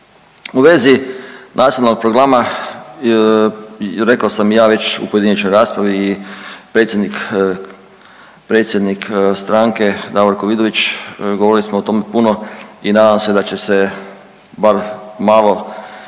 pojedinačnoj raspravi rekao sam i ja već u pojedinačnoj raspravi i predsjednik stranke Davorko Vidović govorili smo o tom puno i nadam se da će se bar malo